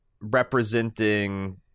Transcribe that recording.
representing